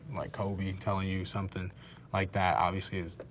like, kobe telling you something like that, obviously, is,